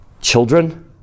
children